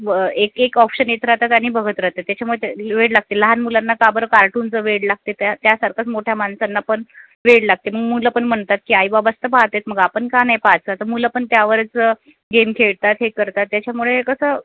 व एक एक ऑप्शन येत राहतात आणि बघत राहतात त्याच्यामुळे ते वेड लागते लहान मुलांना का बरं कार्टूनचं वेड लागते त्या त्यासारखंच मोठ्या माणसांना पण वेड लागते मग मुलं पण म्हणतात की आईबाबाच तर पाहतात मग आपण का नाही पाहत तर मुलं पण त्यावरच गेम खेळतात हे करतात त्याच्यामुळे कसं